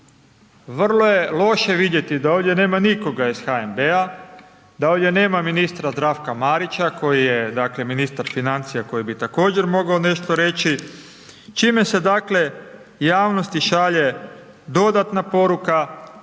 vrlo je loše vidjeti da ovdje nema nikoga iz HNB-a, da ovdje nema ministra Zdravka Marića koji je, dakle, ministar financija, koji bi također mogao nešto reći. Čime se, dakle, javnosti šalje dodatna poruka